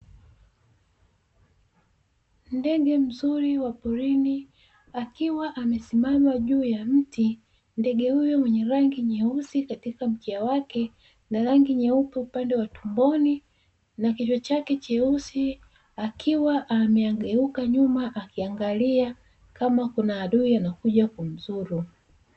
Ndege mzuri wa porini akiwa amesimama juu ya mti. Ndege huyo mwenye rangi nyeusi katika mkia wake, na rangi nyeupe upande wa tumboni, na kichwa chake cheusi, akiwa amegeuka nyuma akiangalia kama kuna adui anakuja kumdhuru.